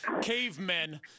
cavemen